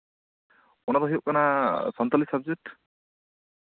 ᱚᱱᱟ ᱫᱚ ᱦᱩᱭᱩᱜ ᱠᱟᱱᱟ ᱥᱟᱱᱛᱟᱲᱤ ᱥᱟᱵᱡᱮᱠᱴ